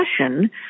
discussion